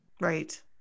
right